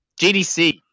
GDC